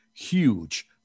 huge